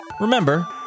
Remember